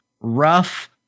rough